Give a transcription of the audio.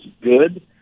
good